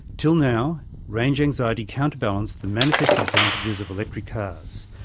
till now, range anxiety counterbalanced the manifest advantages of electric cars,